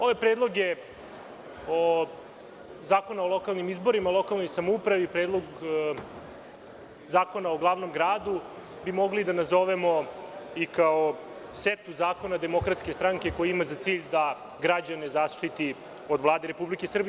Ovaj predlog je o zakonima o lokalnim izborima, lokalnoj samoupravi, Predlog zakona o glavnom gradu bi mogli da nazovemo i kao setu zakona DS koji ima za cilj da građane zaštiti od Vlade Republike Srbije.